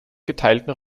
geteilten